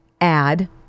add